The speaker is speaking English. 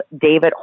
David